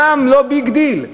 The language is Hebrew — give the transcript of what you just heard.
גם לא ביג דיל.